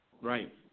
Right